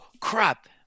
crap